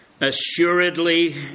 assuredly